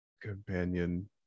companion